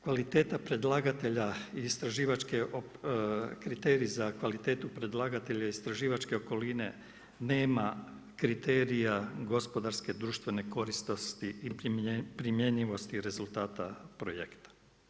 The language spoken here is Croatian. Kvaliteta predlagatelja i istraživačke, kriterij za kvalitetu predlagatelja, istraživačke okoline nema kriterija gospodarske, društvene korisnosti i primjenjivosti rezultata projekta.